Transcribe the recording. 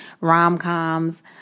rom-coms